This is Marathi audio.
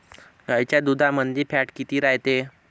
गाईच्या दुधामंदी फॅट किती रायते?